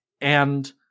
And-